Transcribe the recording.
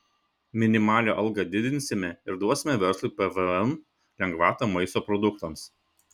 minimalią algą didinsime ir duosime verslui pvm lengvatą maisto produktams